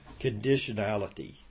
conditionality